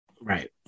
Right